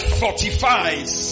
fortifies